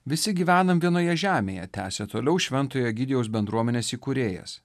visi gyvenam vienoje žemėje tęsė toliau šventojo egidijaus bendruomenės įkūrėjas